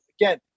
Again